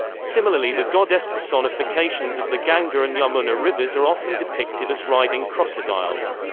similarly the goddess personifications of the ganga and yamuna rivers are often depicted as riding crocodiles.